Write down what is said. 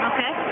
Okay